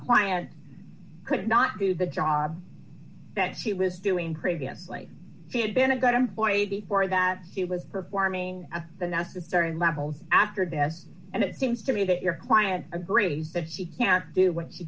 client could not do the job that she was doing previously he had been a good employee before that he was performing at the necessary level after that and it seems to me that your client agree that she can do what